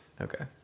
Okay